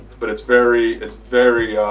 but it's very, it's very,